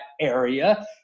area